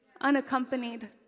unaccompanied